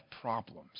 problems